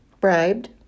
bribed